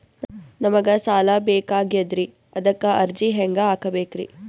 ನಮಗ ಸಾಲ ಬೇಕಾಗ್ಯದ್ರಿ ಅದಕ್ಕ ಅರ್ಜಿ ಹೆಂಗ ಹಾಕಬೇಕ್ರಿ?